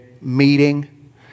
meeting